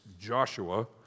Joshua